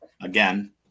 again